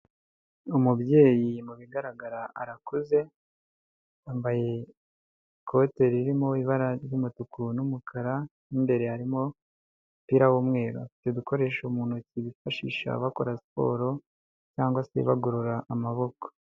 Umubyeyi mu bigaragara arakuze, yambaye ikote ririmo ibara ry'umutuku n'umukara, mo imbere harimo umupira w'umweru, afite dukoresho mu ntoki bifashisha bakora siporo cyangwa se bagorora amaboko.